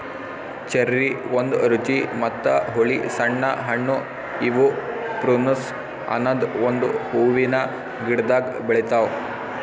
cherry ಒಂದ್ ರುಚಿ ಮತ್ತ ಹುಳಿ ಸಣ್ಣ ಹಣ್ಣು ಇವು ಪ್ರುನುಸ್ ಅನದ್ ಒಂದು ಹೂವಿನ ಗಿಡ್ದಾಗ್ ಬೆಳಿತಾವ್